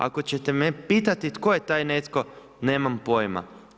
Ako ćete me pitati tko je taj netko nemam pojma.